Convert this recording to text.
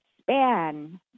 span